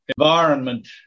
environment